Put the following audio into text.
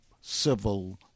civil